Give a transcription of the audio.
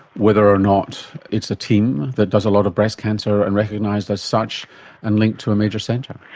whether or not it's a team that does a lot of breast cancer and recognised as such and linked to a major centre.